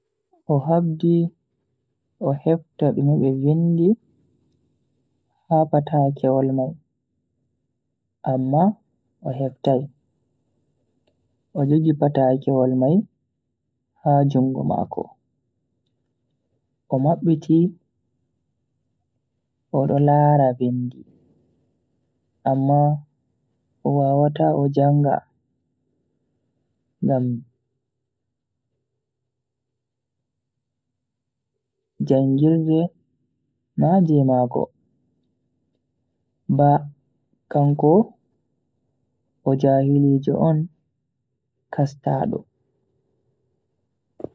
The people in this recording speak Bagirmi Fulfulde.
O habdi o hefta dume be vindi ha patakeewol mai amma o heftai, O jogi patakewol mai ha jungo mako o mabbiti odo laara vindi amma o wawata o janga ngam jangirde na je mako ba kanko o jahili jo on kastaado.